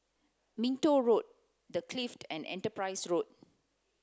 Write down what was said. Minto Road The Clift and Enterprise Road